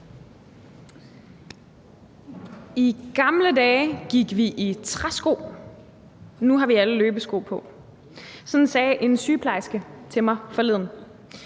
I gamle dage gik vi i træsko. Nu har vi alle løbesko på. Sådan sagde en sygeplejerske til mig forleden.